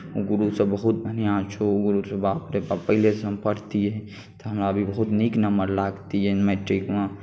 गुरुसभ बहुत बढ़िआँ छौ बापरे बाप पहिलेसँ हम पढ़ितियै तऽ हमरा अभी बहुत नीक नम्बर लागतियै मैट्रिकमे